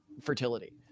fertility